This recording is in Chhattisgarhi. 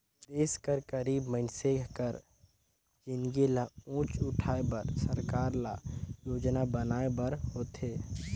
देस कर गरीब मइनसे कर जिनगी ल ऊंच उठाए बर सरकार ल योजना बनाए बर होथे